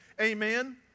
amen